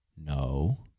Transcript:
no